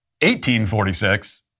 1846